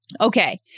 Okay